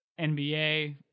NBA